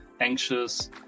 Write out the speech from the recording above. anxious